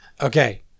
okay